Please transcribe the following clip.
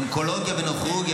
אונקולוגיה ונוירוכירורגיה,